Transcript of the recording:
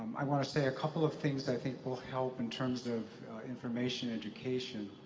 i want to say a couple of things i think will help in terms of information education.